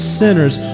sinners